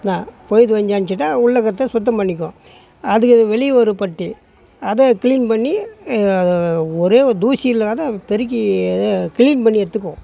ஆ போய்ட்டு வந்து அம்ச்சுட்டா உள்ளே இருக்கிறத சுத்தம் பண்ணிக்குவோம் அதுக்கு வெளியே ஒரு பட்டி அதை க்ளீன் பண்ணி ஒரு தூசி இல்லாம பெருக்கி அதை க்ளீன் பண்ணி எடுத்துக்குவோம்